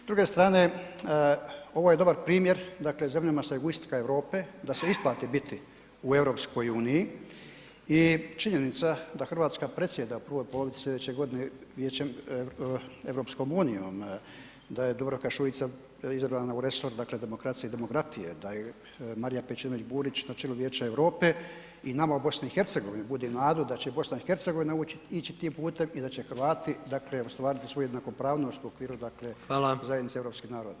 S druge strane, ovo je dobar primjer dakle zemljama s jugoistoka Europe da se isplati biti u EU i činjenica da RH predsjeda u prvoj polovici slijedeće godine Vijećem EU, da je Dubravka Šuica izabrana u resor, dakle demokracije i demografije, da je Marija Pejčinović Burić na čelu Vijeća Europe i nama u BiH budi nadu da će BiH ići tim putem i da će Hrvati, dakle ostvariti svoju jednakopravnost u okviru, dakle [[Upadica: Hvala]] zajednice europskih naroda.